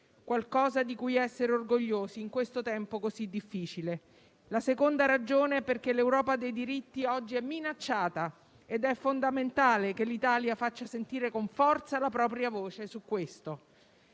qualcosa di cui essere orgogliosi, in questo tempo così difficile. La seconda ragione è che l'Europa dei diritti oggi è minacciata ed è fondamentale che l'Italia faccia sentire, con forza, la propria voce su questo.